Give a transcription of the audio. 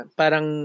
parang